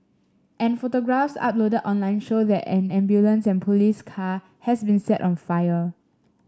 and photographs uploaded online show that an ambulance and police car has been set on fire